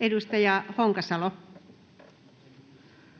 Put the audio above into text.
Edustaja Honkasalo.